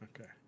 Okay